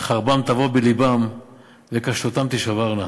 "חרבם תבוא בלבם וקשתותם תשברנה".